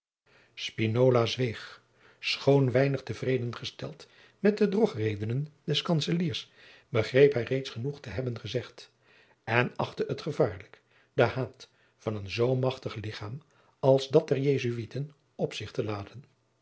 zweeg schoon weinig tevredegesteld met de drogredenen des kantzeliers begreep hij reeds genoeg te hebben gezegd en achtte het gevaarlijk de haat van een zoo machtig lichaam als dat der jesuiten op zich te laden